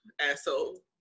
asshole